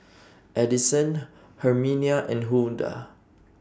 Adyson Herminia and Hulda